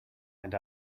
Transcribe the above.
and